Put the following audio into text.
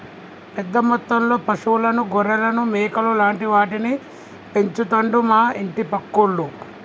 పెద్ద మొత్తంలో పశువులను గొర్రెలను మేకలు లాంటి వాటిని పెంచుతండు మా ఇంటి పక్కోళ్లు